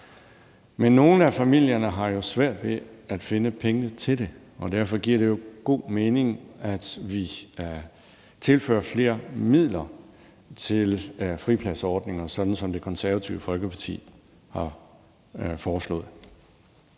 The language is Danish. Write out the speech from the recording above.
Men nogle af familierne har jo svært ved at finde pengene til det, og derfor giver det god mening, at vi tilfører flere midler til fripladsordninger, sådan som Det Konservative Folkeparti har foreslået.